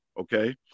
Okay